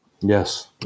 yes